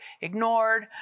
ignored